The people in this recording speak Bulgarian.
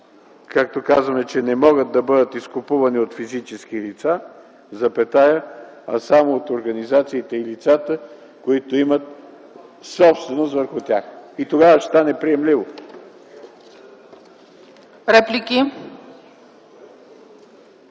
като кажем, че „не могат да бъдат изкупувани от физически лица” и добавим запетая „а само от организациите и лицата, които имат собственост върху тях”. Тогава ще стане приемливо.